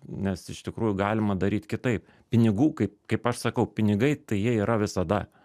nes iš tikrųjų galima daryt kitaip pinigų kaip kaip aš sakau pinigai tai jie yra visada